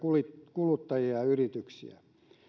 kuluttajia ja yrityksiä